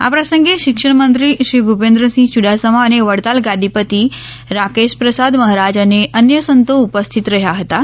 આ પ્રસંગે શિક્ષણમંત્રી શ્રી ભૂપેન્દ્રસિંહ ચૂડાસમા અને વડતાલ ગાદીપતી રાકેશપ્રસાદ મહારાજ અને અન્ય સંતો ઉપસ્થિત રહ્યા હતાં